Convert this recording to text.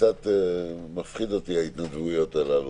קצת מפחידות אותי ההתנדבויות הללו.